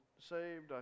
saved